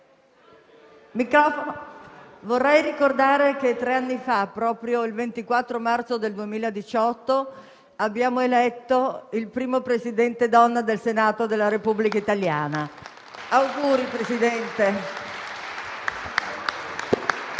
vorrei ricordare che tre anni fa, proprio il 24 marzo del 2018, abbiamo eletto il primo Presidente donna del Senato della Repubblica italiana. Presidente,